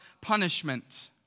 punishment